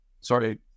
Sorry